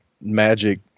magic